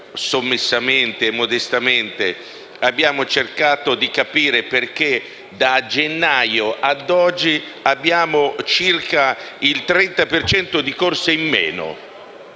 sommessamente e modestamente, abbiamo cercato di capire perché da gennaio a oggi vi è circa il 30 per cento di corse in meno,